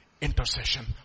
intercession